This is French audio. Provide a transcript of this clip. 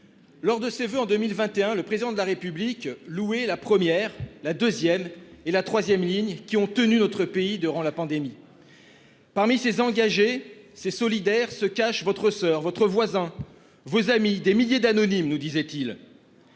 lors de ses voeux, en 2021, le Président de la République louait les première, deuxième et troisième lignes qui avaient tenu notre pays durant la pandémie. Parmi ces engagés, ces solidaires, se cachent votre soeur, votre voisin, vos amis, des milliers d'anonymes, nous disait-il.